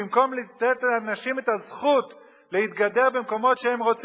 במקום לתת לנשים את הזכות להתגדר במקומות שהן רוצות,